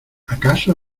acaso